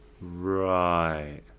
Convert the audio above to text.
Right